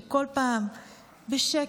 כל פעם בשקט,